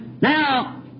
now